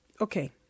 Okay